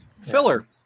Filler